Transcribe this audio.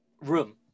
room